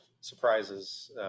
surprises